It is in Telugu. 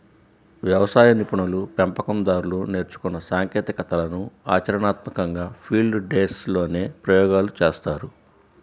వ్యవసాయ నిపుణులు, పెంపకం దారులు నేర్చుకున్న సాంకేతికతలను ఆచరణాత్మకంగా ఫీల్డ్ డేస్ లోనే ప్రయోగాలు చేస్తారు